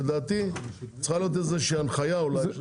לדעתי צריכה להיות איזושהי הנחייה אולי.